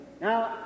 Now